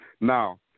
Now